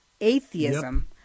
atheism